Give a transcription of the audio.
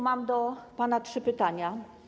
Mam do pana trzy pytania.